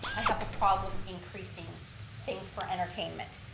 i have a problem increasing things for entertainment.